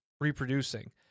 reproducing